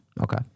Okay